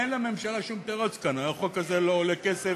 אין לממשלה שום תירוץ כאן: החוק הזה לא עולה כסף,